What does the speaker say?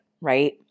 right